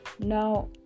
Now